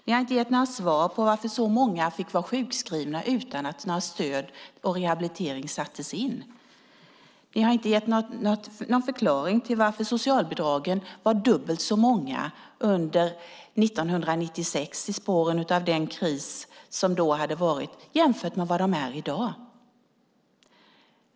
Ni har inte gett några svar på varför så många fick vara sjukskrivna utan att stöd och rehabilitering sattes in. Ni har inte gett någon förklaring till att socialbidragen var dubbelt så många under 1996, i spåren av den kris som då hade varit, jämfört med i dag.